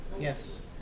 Yes